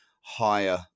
higher